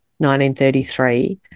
1933